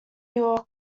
york